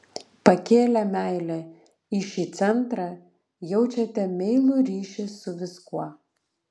pakėlę meilę į šį centrą jaučiate meilų ryšį su viskuo